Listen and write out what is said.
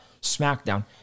SmackDown